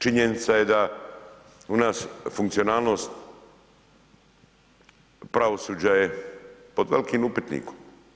Činjenica je da kod nas funkcionalnost pravosuđa je pod velikim upitnikom.